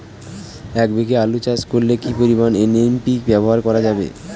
এক বিঘে আলু চাষ করলে কি পরিমাণ এন.পি.কে ব্যবহার করা যাবে?